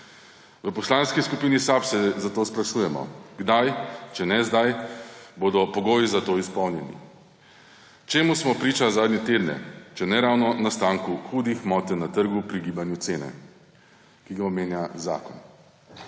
V Poslanski skupini SAB se zato sprašujemo, kdaj, če ne zdaj, bodo pogoji za to izpolnjeni. Čemu smo priča zadnje tedne, če ne ravno nastanku hudih motenj na trgu pri gibanju cene, ki ga omenja zakon?